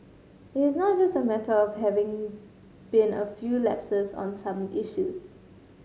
it is not just a matter of having been a few lapses on some issues